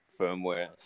Firmware